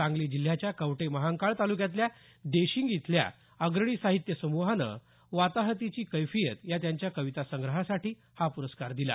सांगली जिल्ह्याच्या कवठे महांकाळ तालुक्यातल्या देशिंग इथल्या अग्रणी साहित्य समूहानं वाताहतीची कैफियत या त्यांच्या कविता संग्रहासाठी हा पुरस्कार दिला